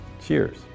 Cheers